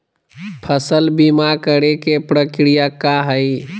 फसल बीमा करे के प्रक्रिया का हई?